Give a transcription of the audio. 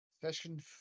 Session